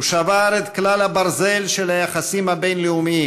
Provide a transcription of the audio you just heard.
הוא שבר את כלל הברזל של היחסים הבין-לאומיים,